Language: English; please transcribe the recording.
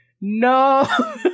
No